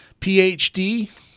PhD